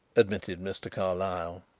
admitted mr. carlyle.